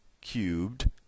cubed